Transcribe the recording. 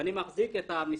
ואני מחזיק את המסמך,